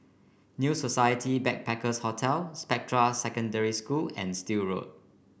New Society Backpackers' Hotel Spectra Secondary School and Still Road